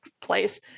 place